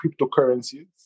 cryptocurrencies